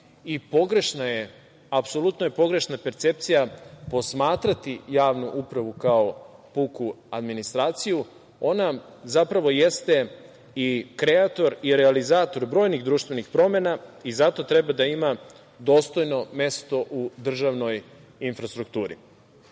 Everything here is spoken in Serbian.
administracija. Apsolutno je pogrešna percepcija posmatrati javnu upravu kao puku administraciju. Ona jeste i kreator i realizator brojnih društvenih promena i zato treba da ima dostojno mesto u državnoj infrastrukturi. Svaka